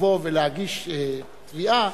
לבוא ולהגיש תביעה,